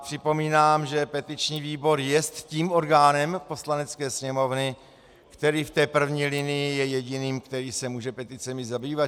Připomínám, že petiční výbor jest tím orgánem Poslanecké sněmovny, který v té první linii je jediným, který se může peticemi zabývat.